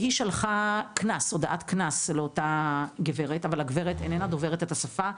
היא שלחה הודעת קנס לאותה גברת אבל הגברת איננה דוברת את השפה,